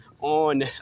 on